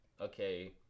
okay